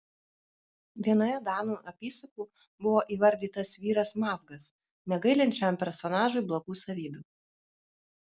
vienoje danų apysakų buvo įvardytas vyras mazgas negailint šiam personažui blogų savybių